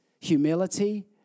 humility